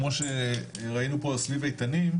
וכמו שראינו פה סביב איתנים,